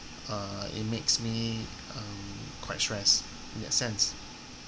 uh it makes me um quite stressed in that sense